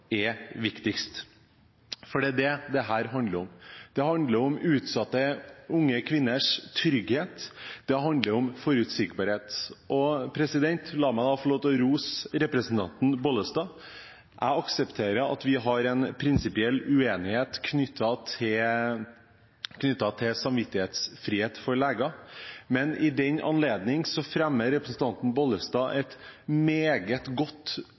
er viktigst. Det er det dette handler om. Det handler om utsatte unge kvinners trygghet, det handler om forutsigbarhet. La meg få lov å rose representanten Bollestad. Jeg aksepterer at vi har en prinsipiell uenighet knyttet til samvittighetsfrihet for leger, men i den anledning fremmer representanten Bollestad et meget godt